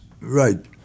Right